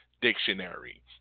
Dictionary